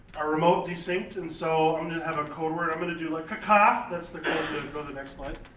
our remote de-synced and so i'm gonna have a codeword, i'm gonna do like ah kah kah, that's the code to go the next leg.